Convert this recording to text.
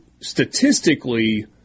statistically